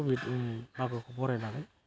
मागोखौ बरायनानै